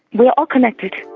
we are all connected.